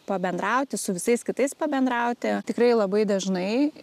pabendrauti su visais kitais pabendrauti tikrai labai dažnai